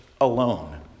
alone